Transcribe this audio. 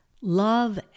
Love